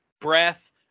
breath